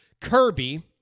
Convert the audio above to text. Kirby